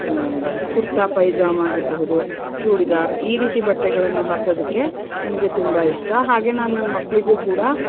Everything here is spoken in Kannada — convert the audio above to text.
ಕುರ್ತಾ ಪೈಜಾಮ ಆಗಿರಬಹುದು ಚೂಡಿದಾರ್ ಈ ರೀತಿ ಬಟ್ಟೆಗಳನ್ನು ಹಾಕೋದಕ್ಕೆ ನನಗೆ ತುಂಬ ಇಷ್ಟ ಹಾಗೆ ನಾನು ನನ್ನ ಮಕ್ಕಳಿಗೂ ಕೂಡ